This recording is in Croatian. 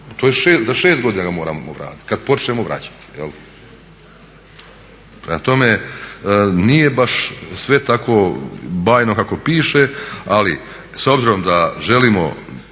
pa za 6 godina ga moramo vratiti kada počnemo vraćati jel. Prema tome nije baš sve tako bajno kako piše, ali s obzirom da želimo